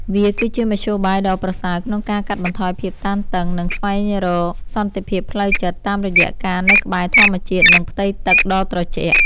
វាគឺជាមធ្យោបាយដ៏ប្រសើរក្នុងការកាត់បន្ថយភាពតានតឹង និងស្វែងរកសន្តិភាពផ្លូវចិត្ត តាមរយៈការនៅក្បែរធម្មជាតិ និងផ្ទៃទឹកដ៏ត្រជាក់។